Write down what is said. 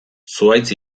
zuhaitz